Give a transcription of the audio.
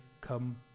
come